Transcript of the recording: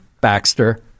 Baxter